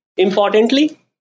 Importantly